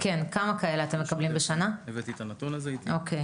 בעיני